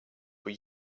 were